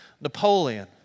Napoleon